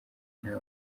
nta